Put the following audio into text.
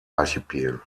archipel